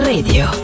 Radio